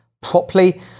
properly